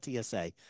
TSA